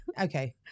Okay